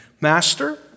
Master